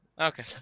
okay